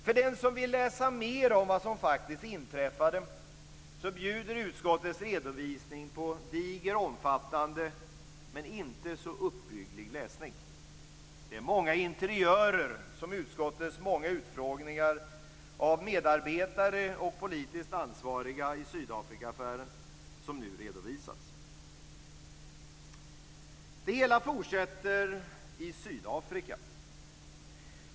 För den som vill läsa mer om vad som faktiskt inträffade bjuder utskottets redovisning på diger och omfattande men inte så uppbygglig läsning. Det är många interiörer från utskottets många utfrågningar av medarbetare och politiskt ansvariga i Sydafrikaaffären som nu redovisas. Det hela fortsätter i Sydafrika.